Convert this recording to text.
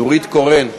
נורית קורן,